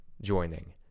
joining